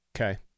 Okay